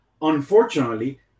unfortunately